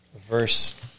verse